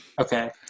Okay